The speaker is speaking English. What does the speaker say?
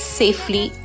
safely